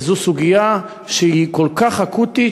זו סוגיה שהיא כל כך אקוטית.